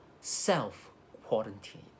self-quarantine